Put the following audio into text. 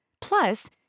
Plus